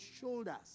shoulders